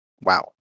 wow